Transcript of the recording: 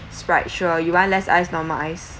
sprites sure you want less ice normal ice